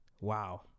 Wow